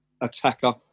attacker